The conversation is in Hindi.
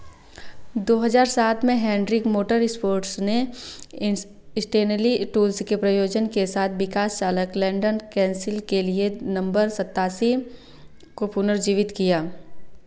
दो हज़ार सात में हेंड्रिक मोटर स्पोर्ट्स ने स् स्टेनली टूल्स के प्रायोजन के साथ विकास चालक लैंडन कैंसिल के लिए नंबर सत्तासी को पुनर्जीवित किया